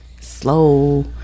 Slow